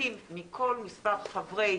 מפחיתים מכל מספר חברי